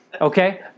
Okay